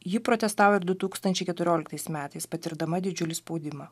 ji protestavo ir du tūkstančiai keturioliktais metais patirdama didžiulį spaudimą